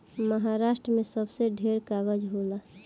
महारास्ट्र मे सबसे ढेर कागज़ होला